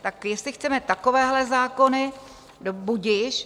Tak jestli chceme takovéhle zákony, budiž.